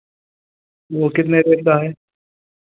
वो कितना पड़ता है